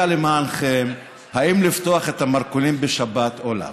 למענכם אם לפתוח את המרכולים בשבת אם לאו.